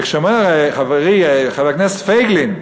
וכשאומר חברי חבר הכנסת פייגלין,